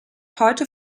heute